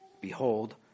behold